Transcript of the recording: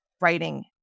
writing